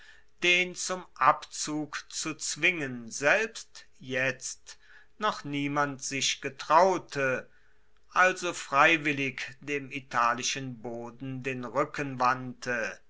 den zum abzug zu zwingen selbst jetzt noch niemand sich getraute also freiwillig dem italischen boden den ruecken wandte